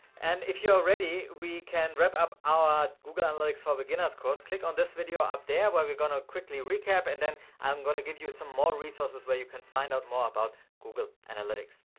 and if you are ready, we can wrap up our google analytics ah beginners course. click on this video up there where we're going to quickly recap and then i'm gonna give you some more resources where you can find out more about google analytics.